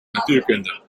natuurkunde